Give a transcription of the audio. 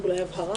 אולי הבהרה,